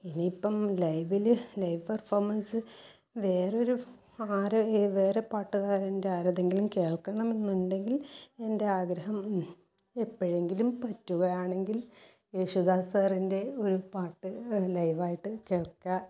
ഇനിയിപ്പം ലൈവില് live performance വേറൊരു ആരു വേറെ പാട്ടുകാരൻ്റെ ആര് ഏതെങ്കിലും കേൾക്കണം എന്നുണ്ടെങ്കിൽ എൻ്റെ ആഗ്രഹം എപ്പോഴെങ്കിലും പറ്റുകയാണെങ്കിൽ യേശുദാസ് സാറിൻ്റെ ഒരു പാട്ട് ലൈവായിട്ട് കേൾക്കുക